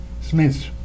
Smith